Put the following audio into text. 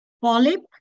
polyp